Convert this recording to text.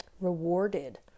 rewarded